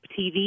TV